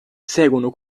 seguono